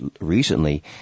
recently